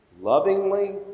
lovingly